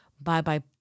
Bye-bye